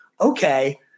okay